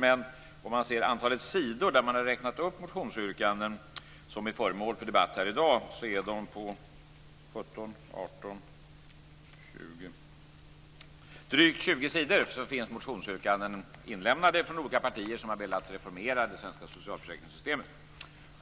Men om vi tittar på antalet sidor där man har räknat upp de motionsyrkanden som är föremål för debatt här i dag kan vi se att det är drygt 20 sidor med motionsyrkanden från olika partier som har velat reformera det svenska socialförsäkringssystemet.